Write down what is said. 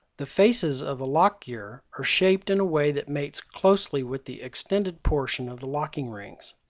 the faces of the lock gear are shaped in a way that mates closely with the extended portion of the locking rings,